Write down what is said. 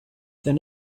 then